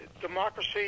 democracy